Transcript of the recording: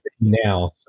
now